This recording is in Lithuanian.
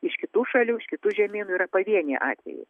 iš kitų šalių iš kitų žemynų yra pavieniai atvejai